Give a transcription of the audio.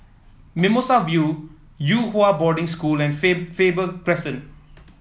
Mimosa View Yew Hua Boarding School and Faber Crescent